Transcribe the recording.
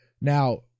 Now